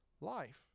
life